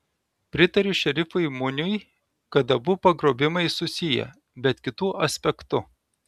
pritariu šerifui muniui kad abu pagrobimai susiję bet kitu aspektu